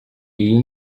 iyi